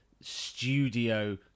studio